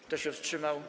Kto się wstrzymał?